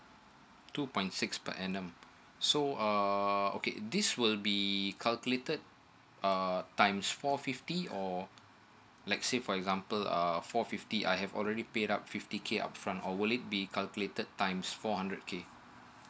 two point six per annum so um okay this will be calculated uh times four fifty or let's say for example err four fifty I have already paid up fifty k upfront or will it be calculated times four hundred k